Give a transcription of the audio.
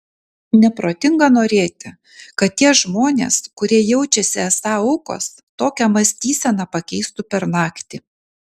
neprotinga norėti kad tie žmonės kurie jaučiasi esą aukos tokią mąstyseną pakeistų per naktį